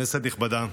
כנסת נכבדה,